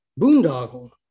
Boondoggle